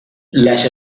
las